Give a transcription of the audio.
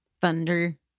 thunder